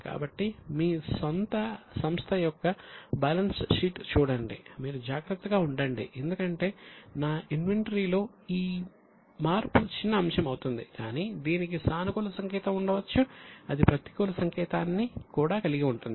కాబట్టి మీ స్వంత సంస్థ యొక్క బ్యాలెన్స్ షీట్ చూడండి మీరు జాగ్రత్తగా ఉండండి ఎందుకంటే నా ఇన్వెంటరీ లో ఈ మార్పు చిన్న అంశం అవుతుంది కానీ దీనికి సానుకూల సంకేతం ఉండవచ్చు అది ప్రతికూల సంకేతాన్ని కూడా కలిగి ఉంటుంది